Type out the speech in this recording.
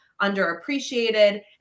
underappreciated